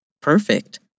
perfect